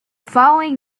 following